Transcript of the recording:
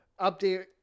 update